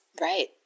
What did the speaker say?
right